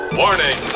warning